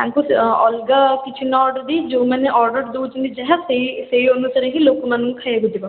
ତାଙ୍କୁ ଅଲଗା କିଛି ନ ଅର୍ଡ଼ର୍ ଦେଇ ଯେଉଁମାନେ ଅର୍ଡ଼ର୍ ଦେଉଛନ୍ତି ଯାହା ସେଇ ସେଇ ଅନୁସାରେ ହିଁ ଲୋକମାନଙ୍କୁ ଖାଇବାକୁ ଯିବ